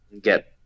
get